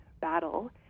battle